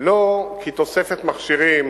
לא כי תוספת מכשירים